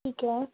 ٹھیک ہے